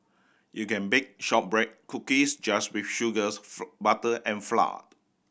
you can bake shortbread cookies just with sugars butter and flour